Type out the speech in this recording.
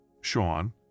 Sean